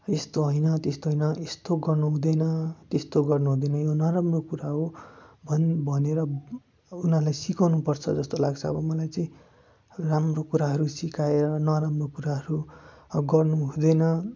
यस्तो होइन त्यस्तो होइन यस्तो गर्नु हुँदैन त्यस्तो गर्नु हुँदैन यो नराम्रो कुरा हो भन् भनेर उनीहरूलाई सिकाउनुपर्छ जस्तो लाग्छ अब मलाई चाहिँ राम्रो कुराहरू सिकाएर नराम्रो कुराहरू अब गर्नु हुँदैन